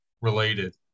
related